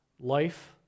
life